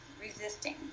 Resisting